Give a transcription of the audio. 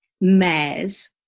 mares